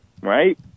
right